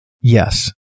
yes